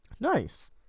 Nice